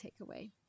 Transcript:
takeaway